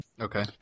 Okay